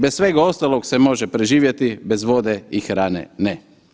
Bez svega ostalog se može preživjeti, bez vode i hrane ne.